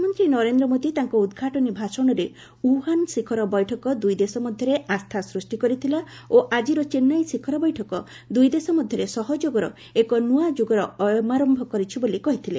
ପ୍ରଧାନମନ୍ତ୍ରୀ ନରେନ୍ଦ୍ର ମୋଦୀ ତାଙ୍କ ଉଦ୍ଘାଟନୀ ଭାଷଣରେ ଓ୍ୱହାନ୍ ଶିଖର ବୈଠକ ଦୁଇଦେଶ ମଧ୍ୟରେ ଆସ୍ଥା ସୃଷ୍ଟି କରିଥିଲା ଓ ଆକ୍କିର ଚେନ୍ନାଇ ଶିଖର ବୈଠକ ଦୁଇ ଦେଶ ମଧ୍ୟରେ ସହଯୋଗର ଏକ ନୂଆ ଯୁଗର ଅୟମାରମ୍ଭ କରିଛି ବୋଲି କହିଥିଲେ